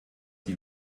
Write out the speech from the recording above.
sie